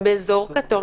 באזור כתום,